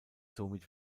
somit